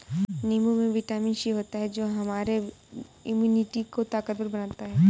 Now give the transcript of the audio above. नींबू में vitamin C होता है जो हमारे इम्यूनिटी को ताकतवर बनाता है